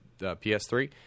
ps3